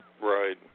Right